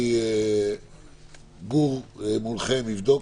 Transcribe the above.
גור מונחה לבדוק.